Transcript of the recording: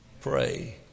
Pray